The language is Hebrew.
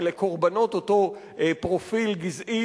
אלה קורבנות אותו פרופיל גזעי,